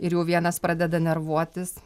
ir jau vienas pradeda nervuotis